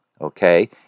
okay